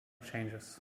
changes